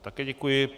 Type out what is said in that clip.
Také děkuji.